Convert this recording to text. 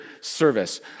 service